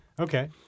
Okay